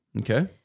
Okay